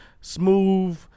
smooth